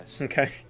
Okay